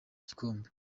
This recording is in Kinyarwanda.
gikombe